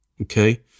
okay